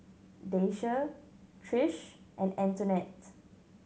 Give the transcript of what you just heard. Daisye Trish and Antonette